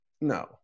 no